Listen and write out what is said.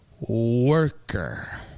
worker